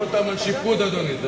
להושיב אותם על שיפוד, אדוני.